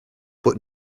but